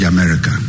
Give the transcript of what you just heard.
America